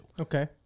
okay